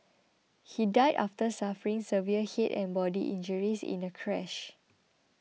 he died after suffering severe head and body injuries in a crash